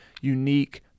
unique